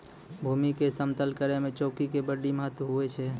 भूमी के समतल करै मे चौकी के बड्डी महत्व हुवै छै